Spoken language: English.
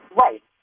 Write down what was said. Right